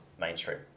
mainstream